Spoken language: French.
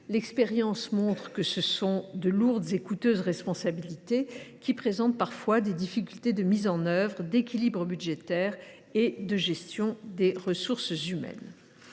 L’expérience montre que ce sont de lourdes et coûteuses responsabilités, qui présentent parfois des difficultés de mise en œuvre, d’équilibre budgétaire et de gestion de ressources humaines.